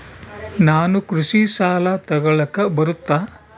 ನಾನು ಕೃಷಿ ಸಾಲ ತಗಳಕ ಬರುತ್ತಾ?